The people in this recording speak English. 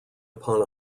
upon